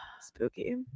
Spooky